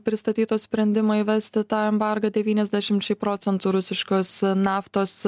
pristatyto sprendimo įvesti tą embargą devyniasdešimčiai procentų rusiškos naftos